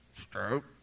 Stroke